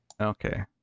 okay